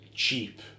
Cheap